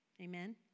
Amen